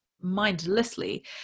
mindlessly